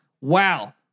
Wow